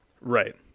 right